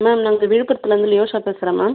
ma'am நாங்கள் விழுப்புரத்திலேருந்து நிரோஷா பேசுகிற மேம்